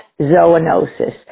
zoonosis